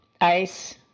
ice